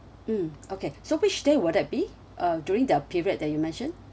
mm okay so which day would that be uh during the period that you mentioned